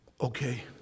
Okay